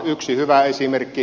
yksi hyvä esimerkki